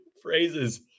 Phrases